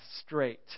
straight